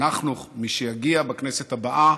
מי שיגיע לכנסת הבאה,